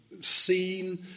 seen